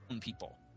people